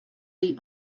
jej